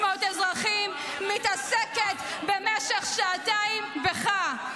-- מעל 1,500 אזרחים, מתעסקת במשך שעתיים בך.